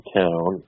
town